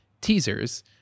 teasers